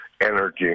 Energy